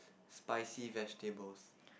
spicy vegetables